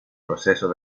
proceso